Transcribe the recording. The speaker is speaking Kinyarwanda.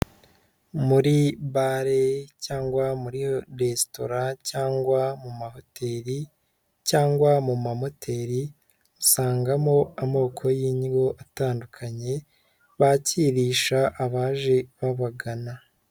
Muri bare cyangwa muri resitora cyangwa mu mahoteri cyangwa mu mamoteri, usangamo amoko y'indyo atandukanye bakirisha abaje babagana.